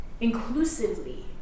inclusively